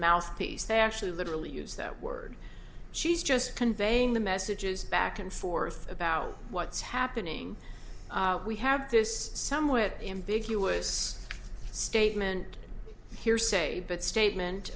mouthpiece they actually literally use that word she's just conveying the messages back and forth about what's happening we have this somewhat ambiguous statement hearsay but